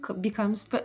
becomes